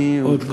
אני, עוד לא.